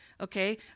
Okay